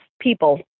people